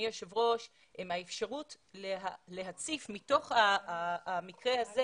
זאת האפשרות להציף - מתוך המקרה הזה